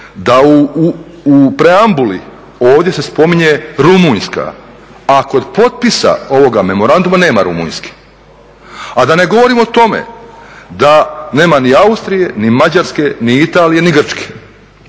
da u preambuli ovdje se spominje Rumunjska, a kod potpisa ovoga memoranduma nema Rumunjske. A da ne govorim o tome da nema ni Austrije ni Mađarske ni Italije ni Grčke,